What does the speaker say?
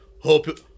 Hope